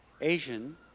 Asian